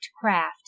craft